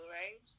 right